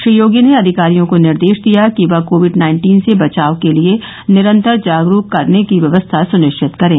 श्री योगी ने अधिकारियों को निर्देश दिया कि वह कोविड नाइन्टीन से बचाव के लिये निरन्तर जागरूक करने की व्यवस्था सुनिश्चित करें